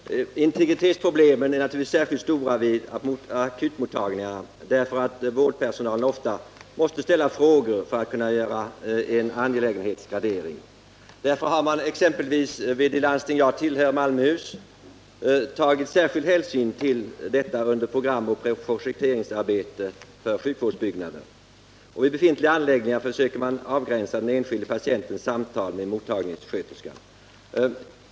Herr talman! Integritetsproblemen är naturligtvis särskilt stora vid akutmottagningarna, eftersom vårdpersonalen ofta måste ställa frågor för att kunna göra en angelägenhetsgradering. Därför har man t.ex. vid det landsting som jag tillhör, Malmöhus läns, tagit särskild hänsyn till detta under programoch projekteringsarbetet beträffande sjukvårdsbyggnader. Vid de befintliga anläggningarna försöker man avgränsa den enskilda patientens samtal med mottagningssköterskan.